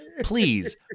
please